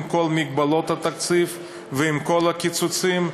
עם כל מגבלות התקציב ועם כל הקיצוצים,